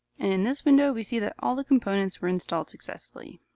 and this window, we see that all the components were installed successfully.